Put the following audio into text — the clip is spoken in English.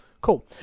cool